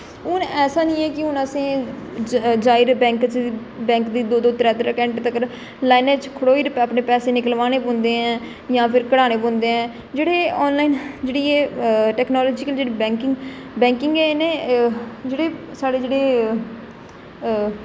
हून ऐसा निं ऐ कि असें जाई बैंक च बैंक दी दो दो त्रैऽ त्रैऽ घंटे तकर लाइन च खड़ोई अपने पैसे निकलवाने पौंदे न जां फिर कड्ढाने पौंदे ऐ जेह्डे़ ऑनलाइन जेह्ड़ी ऐ टेक्नोलाॅजीकल जेह्ड़ी बैंकिंग बैंकिंग ऐ इ'नें जेह्डे़ साढ़े जेह्डे़ ऐ